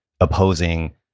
opposing